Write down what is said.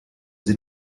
sie